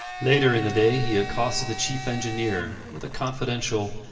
later in the day he accosted the chief engineer with a confidential,